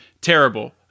terrible